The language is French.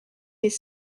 des